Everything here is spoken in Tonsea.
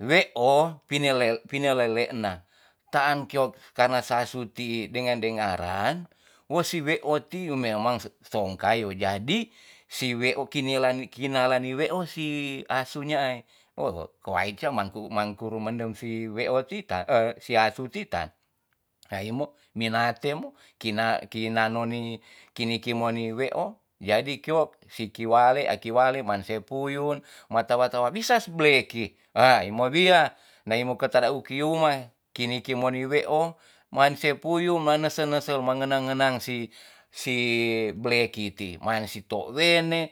weo pinile pini lele'na taan kio karena si asu ti dengar dengaran wo si weo ti memang songkai jadi si weo kinilan kinalan ni weo si asu nyaai o wo kowai sia mangku mangku rumendem si weo ti ta e si asu ti taai mo minatemo kina kinanoni kinikemoni weo jadi kio siki wale aki wale man se puyun ma tawar tawar wisa bleki rai mo me wia naimo keta da akiuma kini kemoni weo man se puyun manesel nesel mangenang ngenang si- si blaki ti man si tou wene